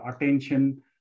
attention